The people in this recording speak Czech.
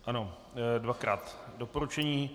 Ano, dvakrát doporučení.